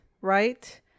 right